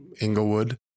Inglewood